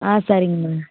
ஆ சரிங்கம்மா